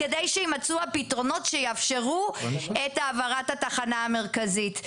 כדי שיימצאו הפתרונות שיאפשרו את העברת התחנה המרכזית.